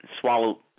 swallow